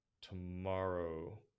tomorrow